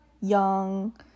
young